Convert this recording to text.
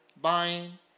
buying